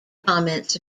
comments